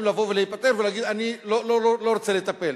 לבוא ולהיפטר ולהגיד: אני לא רוצה לטפל,